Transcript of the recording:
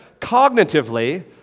Cognitively